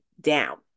down